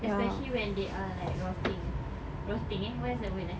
especially when they are like rotting rotting eh what's the word eh